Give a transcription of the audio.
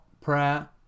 prayer